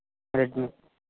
Redmi